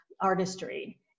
artistry